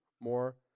more